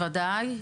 בוודאי,